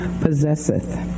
possesseth